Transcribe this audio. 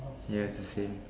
ya it's the same